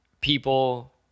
people